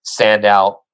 standout